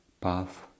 path